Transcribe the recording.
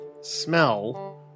smell